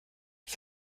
ich